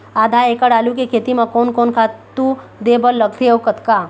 आधा एकड़ आलू के खेती म कोन कोन खातू दे बर लगथे अऊ कतका?